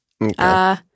Okay